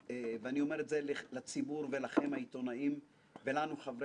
בהתנהלות שלהם הם באו לקלל ונמצאו אולי מברכים.